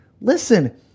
Listen